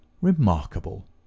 remarkable